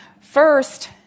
First